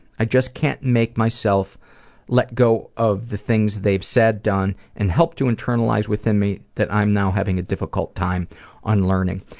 i just can't make myself let go of the things they've said, done, and helped to internalize within me that i'm now having a difficult time unlearning.